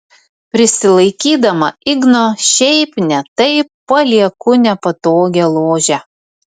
prisilaikydama igno šiaip ne taip palieku nepatogią ložę